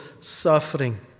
suffering